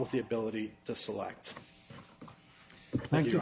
with the ability to select thank you